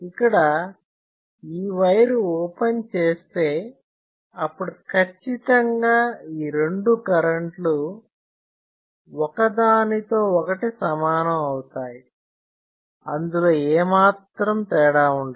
ఇక్కడ ఈ wire open చేస్తే అప్పుడు ఖచ్చితంగా ఈ రెండు కరెంటు లు ఒకదానితో ఒకటి సమానం అవుతాయి అందులో ఏమాత్రం తేడా ఉండదు